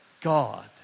God